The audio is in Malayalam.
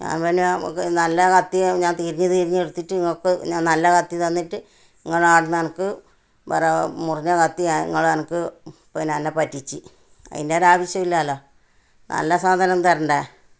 ഞാൻ പിന്നെ നല്ല കത്തി ഞാൻ തിരിഞ്ഞ് തിരിഞ്ഞ് എടുത്തിട്ട് ഇങ്ങൾക്ക് ഞാൻ നല്ല കത്തി തന്നിട്ട് ഇങ്ങളവിടെനിന്നനക്ക് വേറെ മുറിഞ്ഞ കത്തി ഇങ്ങളനക്ക് പിന്നെ എന്നെ പറ്റിച്ച് അതിന്റെ ഒരാവശ്യം ഇല്ലല്ലോ നല്ല സാധനം തരേണ്ടേ